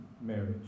marriage